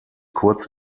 kurz